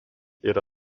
yra